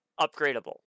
upgradable